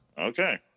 Okay